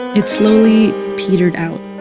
it slowly petered out